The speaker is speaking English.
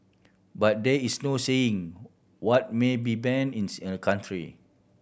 but there is no saying what may be ban in a country